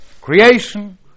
Creation